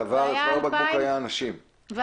אני רוצה להדגיש שההמלצות שלנו עם הפתיחה הן לשמור עדיין כל